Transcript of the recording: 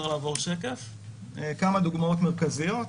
כמה דוגמאות מרכזיות: